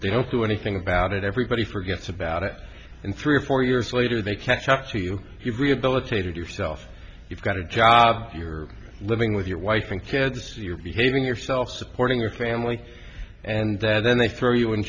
they hope do anything about it everybody forgets about it in three or four years later they catch up to you you've rehabilitated yourself you've got a job you're living with your wife and kids you're behaving yourself supporting your family and then they throw you in